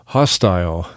hostile